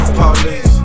police